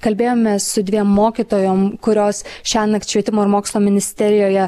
kalbėjomės su dviem mokytojom kurios šiąnakt švietimo ir mokslo ministerijoje